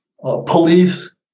police